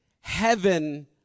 heaven